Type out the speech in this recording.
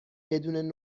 بدون